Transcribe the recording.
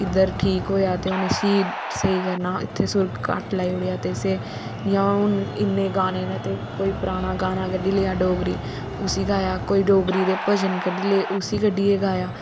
इध्र ठीक होया ते हुन इस्सी स्हेई करना इत्ते सुर घट्ट लाई उड़ेआ ते जियां हुन इन्ने गाने न कोई पराना गाना कड्डी लेआ डोगरी उसी गाया कोई डोगरी दे भजन कड्ढी ले उसी कड्ढियै गाया